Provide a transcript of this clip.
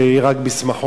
שיהיה רק בשמחות,